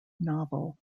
novel